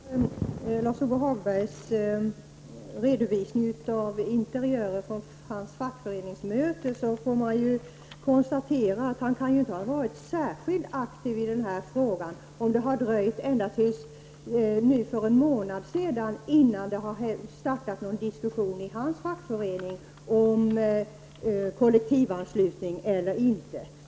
Fru talman! Efter Lars-Ove Hagbergs redovisning av interiörer från hans fackföreningsmöte får man konstatera att han ju inte har varit särskilt aktiv i den här frågan, om det har dröjt ända till för någon månad sedan innan det startades någon diskussion i hans fackförening om kollektivanslutning eller inte.